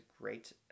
great